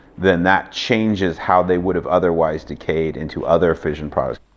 then that changes how they would have otherwise decayed into other fission products.